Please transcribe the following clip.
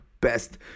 best